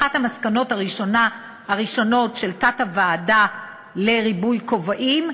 אחת המסקנות הראשונות של תת-הוועדה לריבוי כובעים,